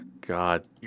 God